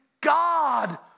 God